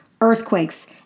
Earthquakes